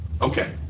Okay